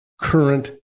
current